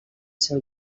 seu